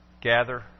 gather